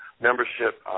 membership